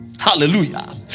Hallelujah